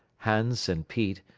hans and pete,